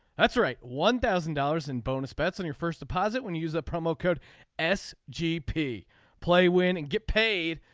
that's right. one thousand dollars in bonus bets on your first deposit when you use a promo code s gp play win and get paid.